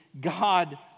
God